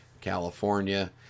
California